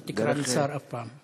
אל תקרא לי שר אף פעם.